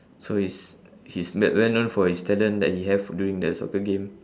so he's he's we~ well known for his talent that he have during the soccer game